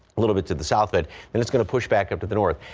a little bit to the south that and it's going to push back up to the north.